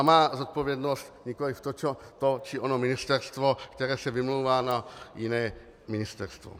Má zodpovědnost, nikoliv to či ono ministerstvo, které se vymlouvá na jiné ministerstvo.